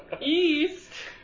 East